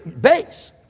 base